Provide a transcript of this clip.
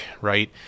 right